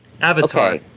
Avatar